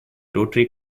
rotary